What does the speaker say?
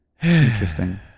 Interesting